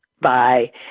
Bye